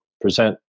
present